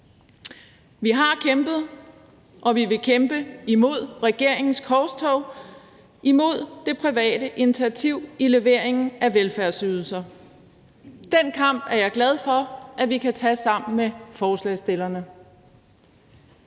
Vi har kæmpet og vil kæmpe imod regeringens korstog imod det private initiativ i leveringen af velfærdsydelser. Den kamp er jeg glad for at vi kan tage sammen med forslagsstillerne.